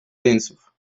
jeńców